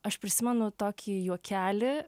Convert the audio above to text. aš prisimenu tokį juokelį